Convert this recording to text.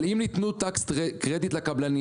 אבל אם ייתנו Tax credit לקבלנים,